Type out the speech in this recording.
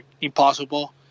impossible